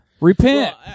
repent